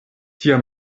tia